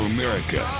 America